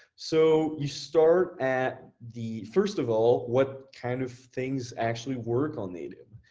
so you start at the, first of all, what kind of things actually work on native?